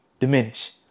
diminish